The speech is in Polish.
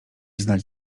znać